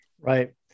Right